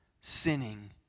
sinning